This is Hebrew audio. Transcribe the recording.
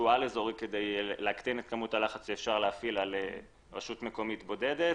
על אזורי כדי להקטין את כמות הלחץ שאפשר להעפיל על רשות מקומית בודדת.